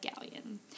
galleon